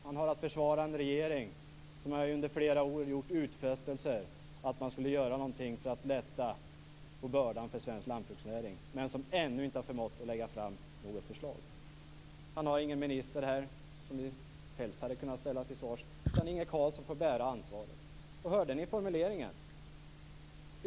Han har att försvara en regering som under flera år gjort utfästelser om att göra någonting för att lätta på bördan för svensk lantbruksnäring men som ännu inte har förmått lägga fram något förslag. Han har ingen minister här som vi kan ställa till svars, vilket vi helst hade gjort, utan Inge Carlsson får bära ansvaret. Och hörde ni formuleringen?